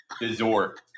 dessert